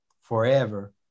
forever